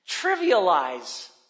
trivialize